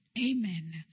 Amen